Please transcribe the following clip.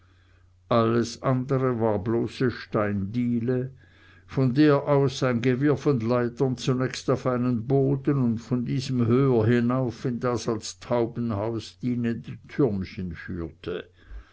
alles andere war bloße steindiele von der aus ein gewirr von leitern zunächst auf einen boden und von diesem höher hinauf in das als taubenhaus dienende türmchen führte